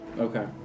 Okay